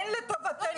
אין לטובתנו.